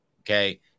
Okay